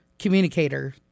communicator